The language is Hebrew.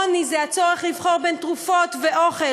עוני זה הצורך לבחור בין תרופות לבין אוכל,